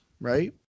right